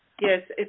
Yes